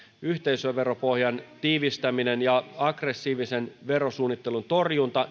yhteisöveropohjan tiivistäminen ja aggressiivisen verosuunnittelun torjunta